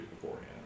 beforehand